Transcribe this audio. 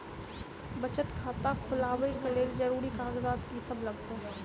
बचत खाता खोलाबै कऽ लेल जरूरी कागजात की सब लगतइ?